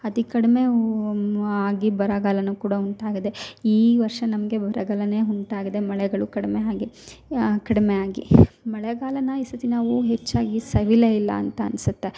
ಅತಿ ಕಡಿಮೆ ಆಗಿ ಬರಗಾಲವೂ ಕೂಡ ಉಂಟು ಆಗಿದೆ ಈ ವರ್ಷ ನಮಗೆ ಬರಗಾಲವೇ ಉಂಟಾಗಿದೆ ಮಳೆಗಳು ಕಡಿಮೆ ಆಗಿ ಕಡಿಮೆ ಆಗಿ ಮಳೆಗಾಲನ ಈ ಸರ್ತಿ ನಾವೂ ಹೆಚ್ಚಾಗಿ ಸವಿಲೇ ಇಲ್ಲ ಅಂತ ಅನ್ನಿಸುತ್ತೆ